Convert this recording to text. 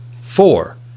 Four